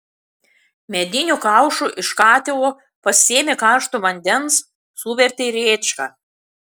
mediniu kaušu iš katilo pasėmė karšto vandens suvertė į rėčką